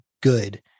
good